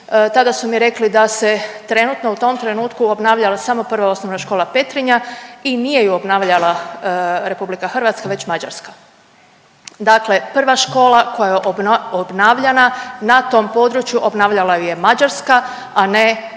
Tada su mi rekli da se trenutno u tom trenutku obnavljala, ali samo Prva osnovna škola Petrinja i nije ju obnavljala RH već Mađarska. Dakle prva škola koja je obnavljana na tom području, obnavljala ju je Mađarska, a ne RH.